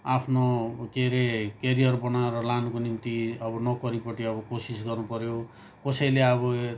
आफ्नो के हरे केरियर बनाएर लानुको निम्ति अब नोकरीपट्टि अब कोसिस गर्नुपऱ्यो कसैले अब यो